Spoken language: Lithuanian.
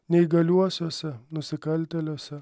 neįgaliuosiuose nusikaltėliuose